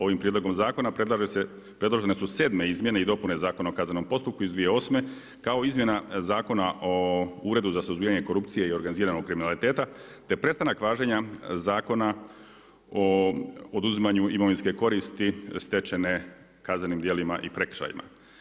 Ovim prijedlogom zakona predložene su 7. Izmjene i dopune Zakona o kaznenom postupku iz 2008. kao i Izmjena zakona o Uredu za suzbijanje korupcije i organiziranog kriminaliteta te prestanak važenja Zakona o oduzimanju imovinske koristi stečene kaznenim djelima i prekršajima.